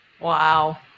Wow